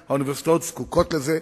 בכל זאת האוניברסיטאות זקוקות לזה,